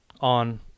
on